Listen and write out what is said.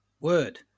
Word